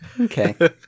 Okay